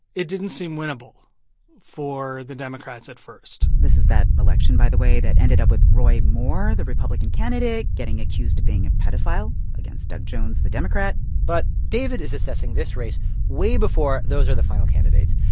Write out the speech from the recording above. it didn't seem winnable for the democrats at first this is that election, by the way, that ended up with roy moore, the republican candidate, getting accused of being a pedophile, against doug jones, the democrat but david is assessing this race way before those are the final candidates.